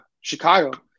Chicago